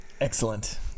Excellent